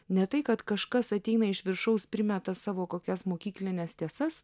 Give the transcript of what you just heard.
ne tai kad kažkas ateina iš viršaus primeta savo kokias mokyklines tiesas